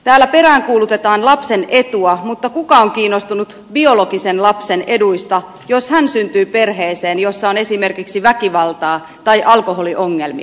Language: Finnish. täällä peräänkuulutetaan lapsen etua mutta kuka on kiinnostunut biologisen lapsen eduista jos hän syntyy perheeseen jossa on esimerkiksi väkivaltaa tai alkoholiongelmia